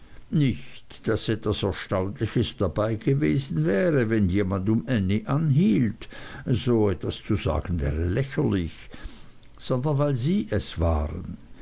nicht daß etwas erstaunliches dabei gewesen wäre wenn jemand um ännie anhielt so etwas zu sagen wäre lächerlich sondern weil sie es waren